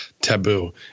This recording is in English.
taboo